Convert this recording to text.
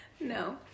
No